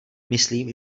myslím